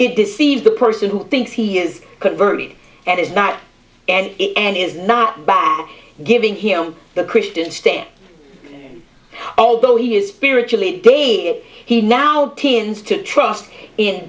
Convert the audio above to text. it deceives the person who thinks he is converted and is not and and is not back giving him the christian step although he is pirit chilly day he now tends to trust in